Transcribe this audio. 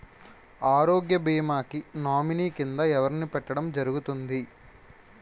ఆరోగ్య భీమా కి నామినీ కిందా ఎవరిని పెట్టడం జరుగతుంది?